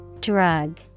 Drug